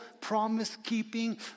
promise-keeping